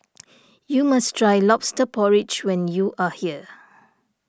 you must try Lobster Porridge when you are here